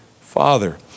Father